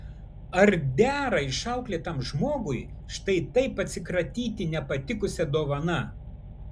ar dera išauklėtam žmogui štai taip atsikratyti nepatikusia dovana